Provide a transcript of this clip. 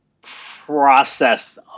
process